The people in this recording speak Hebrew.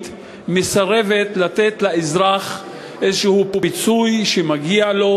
מסרבת לתת לאזרח איזה פיצוי שמגיע לו,